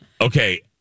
Okay